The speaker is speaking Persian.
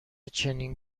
چنین